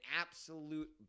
absolute